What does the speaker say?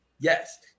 Yes